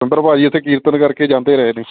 ਸਤਿੰਦਰ ਭਾਜੀ ਇੱਥਥੇ ਕੀਰਤਨ ਕਰਕੇ ਜਾਂਦੇ ਰਹੇ ਨੇ